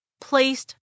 placed